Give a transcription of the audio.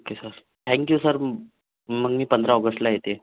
okay sir thank you sir मग मी पंधरा ऑगस्टला येते